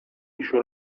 еще